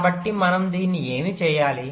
కాబట్టి మనం దీన్ని ఏమి చేయాలి